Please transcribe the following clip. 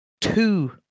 two